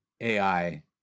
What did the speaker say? AI